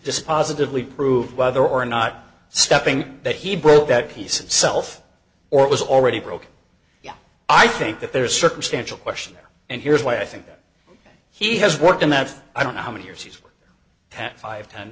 just positively prove whether or not stepping that he broke that piece of self or was already broken yeah i think that there's circumstantial question and here's why i think he has worked in that i don't know how many years he's had five t